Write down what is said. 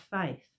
faith